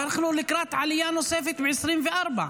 ואנחנו לקראת עלייה נוספת ב-2024.